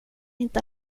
inte